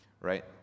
right